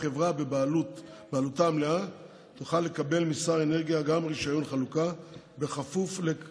ככלל, החוק אינו מאפשר מתן רישיון חלוקה לחברה